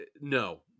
no